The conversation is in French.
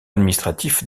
administratif